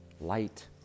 light